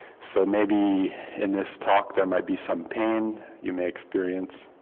so maybe in this talk there might be some pain you may experience.